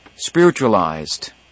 spiritualized